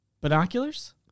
Binoculars